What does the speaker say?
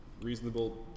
reasonable